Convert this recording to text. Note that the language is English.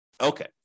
Okay